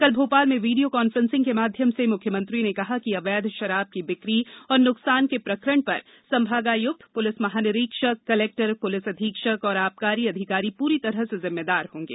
कल भोपाल में video conference के माध्यम से मुख्यमंत्री ने कहा कि अवैध शराब की बिक्री और नुकसान के प्रकरण पर संभागायुक्त पुलिस महानिरीक्षक कलेक्टर पुलिस अधीक्षक और आबकारी अधिकारी पूरी तरह से जिम्मेदार होंगे